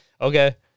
okay